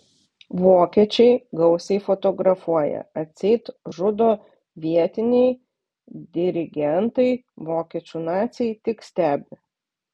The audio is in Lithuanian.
vokiečiai gausiai fotografuoja atseit žudo vietiniai dirigentai vokiečių naciai tik stebi